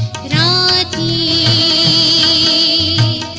ah ie